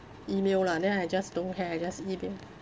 email lah then I just don't care I just email